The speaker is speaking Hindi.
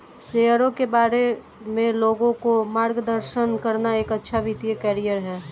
शेयरों के बारे में लोगों का मार्गदर्शन करना एक अच्छा वित्तीय करियर है